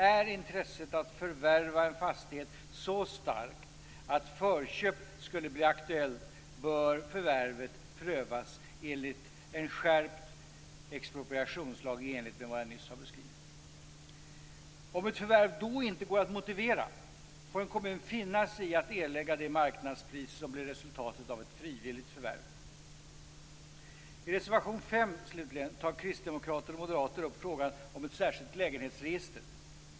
Är intresset att förvärva en fastighet så starkt att förköp skulle bli aktuellt bör förvärvet prövas enligt en skärpt expropriationslag i enlighet med vad jag nyss har beskrivit. Om ett förvärv då inte går att motivera får en kommun finna sig i att erlägga det marknadspris som blir resultatet av ett frivilligt förvärv. I reservation 5, slutligen, tar kristdemokrater och moderater upp frågan om ett särskilt lägenhetsregister.